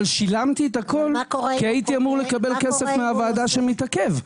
אבל שילמתי את הכול כי הייתי אמור לקבל כסף מהוועדה שמתעכב.